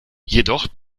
jedoch